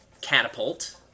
Catapult